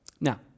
Now